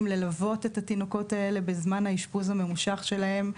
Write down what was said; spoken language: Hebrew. ללוות את התינוקות האלה בזמן האשפוז הממושך שלהם.